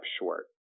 short